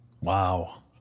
Wow